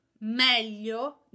meglio